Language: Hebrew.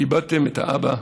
איבדתם את האבא,